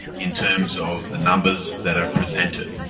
in terms of the numbers that are presented.